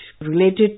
related